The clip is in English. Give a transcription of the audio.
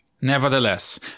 Nevertheless